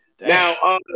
Now